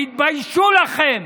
תתביישו לכם.